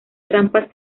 rampas